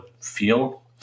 feel